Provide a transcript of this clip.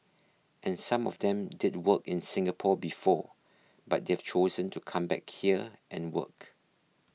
and some of them did work in Singapore before but they've chosen to come back here and work